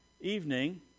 evening